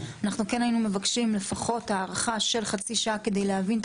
אנחנו כן היינו מבקשים לפחות הארכה של חצי שעה כדי להבין את